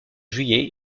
juillet